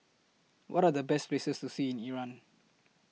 What Are The Best Places to See in Iran